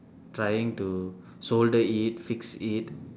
trying to solder it fix it